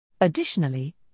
Additionally